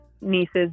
nieces